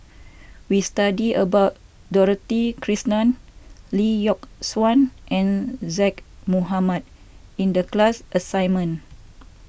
we studied about Dorothy Krishnan Lee Yock Suan and Zaqy Mohamad in the class assignment